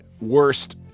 worst